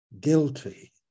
guilty